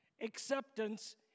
Acceptance